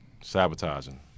Sabotaging